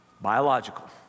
Biological